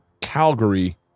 Calgary